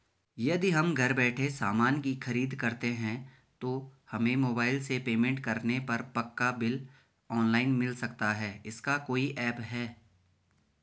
यदि हम घर बैठे सामान की खरीद करते हैं तो हमें मोबाइल से पेमेंट करने पर पक्का बिल ऑनलाइन मिल सकता है इसका कोई ऐप है